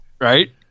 right